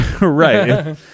right